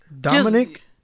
Dominic